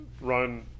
run